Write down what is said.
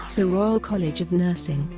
the royal college of nursing,